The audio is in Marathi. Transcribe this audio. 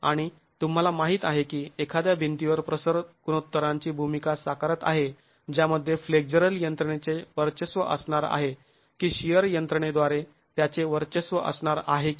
आणि तुम्हाला माहित आहे की एखाद्या भिंतीवर प्रसर गुणोत्तरांची भूमिका साकारत आहे ज्यामध्ये फ्लेक्झरल यंत्रणेचे वर्चस्व असणार आहे की शिअर यंत्रणेद्वारे त्याचे वर्चस्व असणार आहे की नाही